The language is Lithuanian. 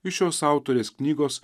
iš šios autorės knygos